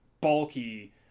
bulky